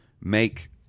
make